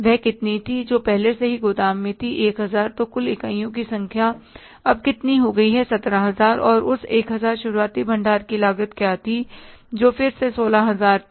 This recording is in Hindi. वह कितनी संख्या थी जो पहले से ही गोदाम में थी 1000 तो कुल इकाइयों की संख्या अब कितनी हो गई 17000 और उस 1000 शुरुआती भंडार की लागत क्या थी जो फिर से 16000 थी